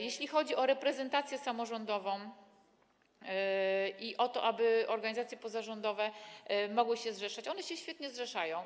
Jeśli chodzi o reprezentację samorządową i o to, aby organizacje pozarządowe mogły się zrzeszać, one się świetnie zrzeszają.